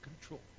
control